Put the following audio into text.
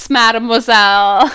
mademoiselle